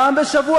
פעם בשבוע,